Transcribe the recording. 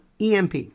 EMP